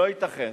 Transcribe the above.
לא ייתכן